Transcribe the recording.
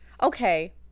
Okay